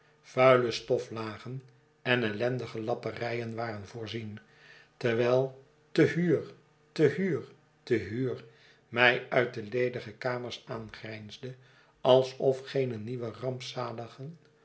vuile stoflagen en ellendige lapperijen waren voorzien terwijl te huur te huur te huur mij uit de ledige kamers aangrijnsde alsof geene nieuwe rampzaligen